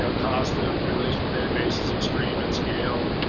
ah cost of relational databases, extreme at scale,